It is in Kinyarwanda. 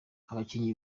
abakinnyi